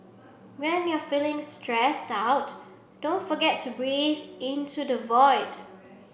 when you are feeling stressed out don't forget to breathe into the void